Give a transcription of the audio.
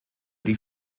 die